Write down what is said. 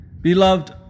beloved